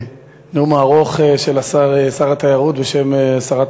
לנאום הארוך של שר התיירות בשם שרת